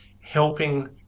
helping